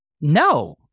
No